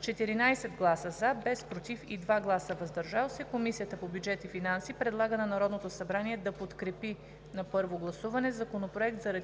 14 гласа „за“, без „против“ и 2 гласа „въздържал се“. Комисията по бюджет и финанси предлага на Народното събрание да подкрепи на първо гласуване Законопроект за